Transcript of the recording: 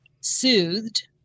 soothed